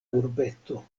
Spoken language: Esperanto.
urbeto